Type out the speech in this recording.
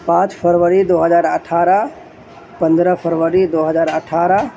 پانچ فروری دو ہزار اٹھارہ پندرہ فروری دو ہزار اٹھارہ